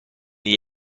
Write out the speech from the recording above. gli